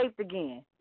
again